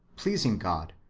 pleasing god,